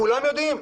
כולם יודעים.